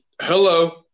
Hello